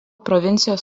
provincijos